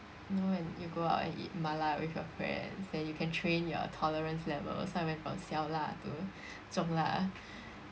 you know when you go out and eat mala with your friends then you can train your tolerance level so I went from 小辣 to 中辣